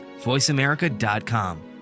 voiceamerica.com